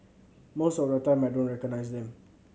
most of the time I don't recognise them